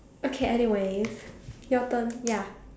okay anyways your turn ya